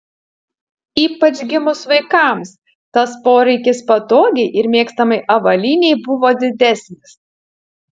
ypač gimus vaikams tas poreikis patogiai ir mėgstamai avalynei buvo didesnis